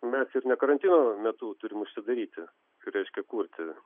mes ir ne karantino metu turim užsidaryti reiškia kurti